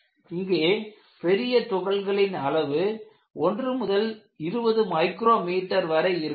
இங்கே பெரிய துகள்களின் அளவு 1 முதல் 20 மைக்ரோ மீட்டர் வரை இருக்கலாம்